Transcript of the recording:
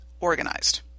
organized